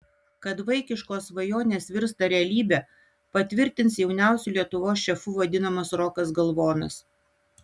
kad vaikiškos svajonės virsta realybe patvirtins jauniausiu lietuvos šefu vadinamas rokas galvonas